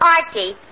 Archie